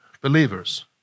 believers